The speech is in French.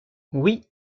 oui